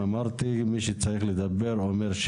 ארציות מערבית לישוב אעבלין.